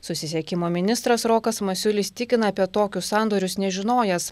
susisiekimo ministras rokas masiulis tikina apie tokius sandorius nežinojęs